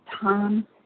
Tom